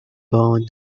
bone